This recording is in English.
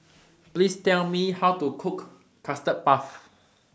Please Tell Me How to Cook Custard Puff